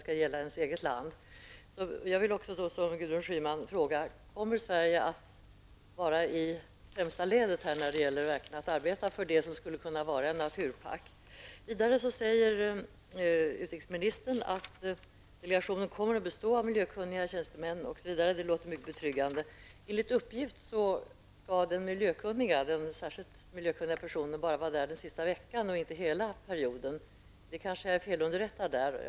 Jag vill liksom Gudrun Schyman fråga: Kommer Sverige att befinna sig i främsta ledet när det gäller att verkligen arbeta för det som skulle kunna vara en naturpark? Vidare säger utrikesministern att delegationen kommer att bestå av bl.a. miljökunniga tjänstemän. Det låter mycket betryggande. Men enligt uppgift skall den särskilt miljökunniga personen bara vara där den sista veckan och inte hela perioden. Jag kanske är felunderrättad på den punkten.